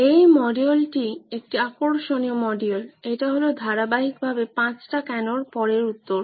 এই মডিউলটি একটি আকর্ষণীয় মডিউল এটা হলো ধারাবাহিক ভাবে পাঁচটা কেনোর পরের উত্তর